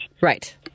Right